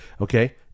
okay